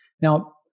Now